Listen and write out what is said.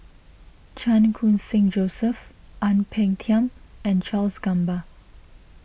Chan Khun Sing Joseph Ang Peng Tiam and Charles Gamba